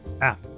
app